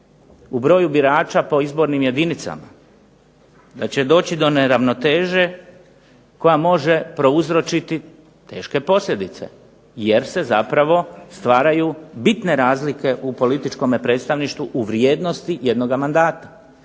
u broju birača po izbornim jedinicama, da će doći do neravnoteže koja može prouzročiti teške posljedice jer se zapravo stvaraju bitne razlike u političkom predstavništvu u vrijednosti jednoga mandata.